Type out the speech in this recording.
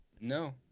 No